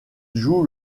joue